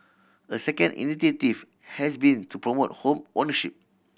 a second initiative has been to promote home ownership